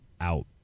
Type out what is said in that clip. out